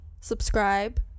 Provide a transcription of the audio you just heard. subscribe